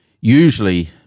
usually